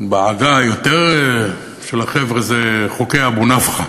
בעגה היותר-של-החבר'ה, זה חוקי אבו-נפחא,